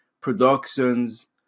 productions